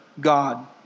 God